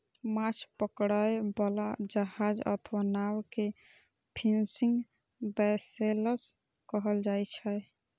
माछ पकड़ै बला जहाज अथवा नाव कें फिशिंग वैसेल्स कहल जाइ छै